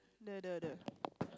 the the the